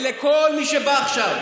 זה לכל מי שבא עכשיו,